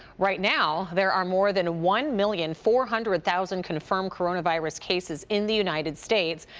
right now, there are more than one million four hundred thousand confirmed coronavirus cases in the united states.